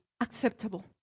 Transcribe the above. acceptable